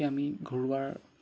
এতিয়া আমি ঘৰুৱাৰ